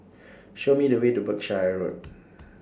Show Me The Way to Berkshire Road